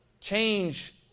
change